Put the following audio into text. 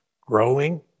growing